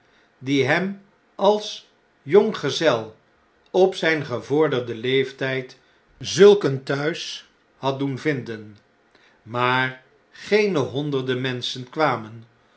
die hem als jonggezel op zjjn gevorderden leeftijd zulk een thuis had doen vinden maar geene honderden menschen kwamen